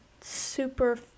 super